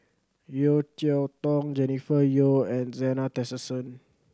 Yeo Cheow Tong Jennifer Yeo and Zena Tessensohn